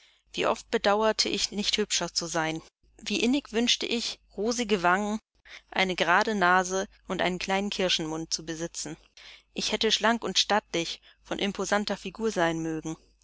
wie oft bedauerte ich nicht hübscher zu sein wie innig wünschte ich rosige wangen eine gerade nase und einen kleinen kirschenmund zu besitzen ich hätte schlank und stattlich von imposanter figur sein mögen